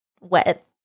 wet